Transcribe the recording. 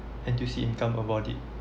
N_T_U_C income about it